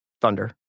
Thunder